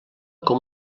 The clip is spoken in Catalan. com